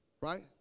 right